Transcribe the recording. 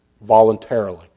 voluntarily